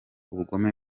ubugome